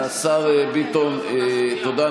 השר ביטון, תודה.